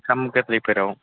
ओंखाम गोरलैफोराव